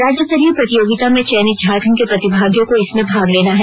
राज्यस्तरीय प्रतियोगिता में चयनित झारखंड के प्रतिभागियों को इसमें भाग लेना है